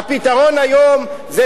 היו לי